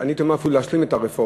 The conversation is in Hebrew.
אני הייתי אומר אפילו להשלים את הרפורמה